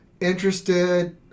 interested